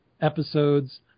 episodes